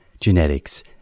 genetics